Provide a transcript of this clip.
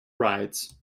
rides